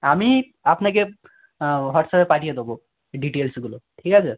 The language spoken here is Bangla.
আমি আপনাকে হোয়াটসঅ্যাপে পাঠিয়ে দেবো ডিটেলসগুলো ঠিক আছে